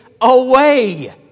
away